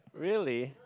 really